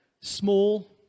small